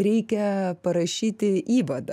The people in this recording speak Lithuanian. reikia parašyti įvadą